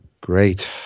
great